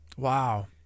Wow